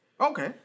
Okay